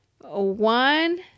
one